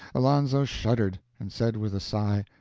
alonzo shuddered, and said with a sigh,